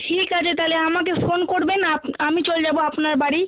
ঠিক আছে তাহলে আমাকে ফোন করবেন আপ আমি চল যাবো আপনার বাড়ি